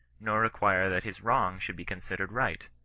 nor require that his wrong should be considered right.